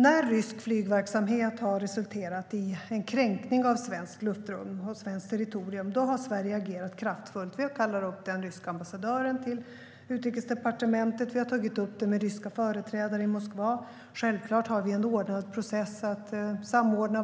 När rysk flygverksamhet har resulterat i en kränkning av svenskt luftrum och svenskt territorium har Sverige agerat kraftfullt. Vi har kallat upp den ryska ambassadören till Utrikesdepartementet. Vi har tagit upp det med ryska företrädare i Moskva. Och självklart har vi en ordnad process där vi samordnar